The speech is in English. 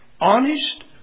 honest